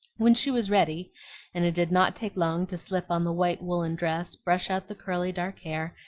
when she was ready and it did not take long to slip on the white woollen dress, brush out the curly dark hair,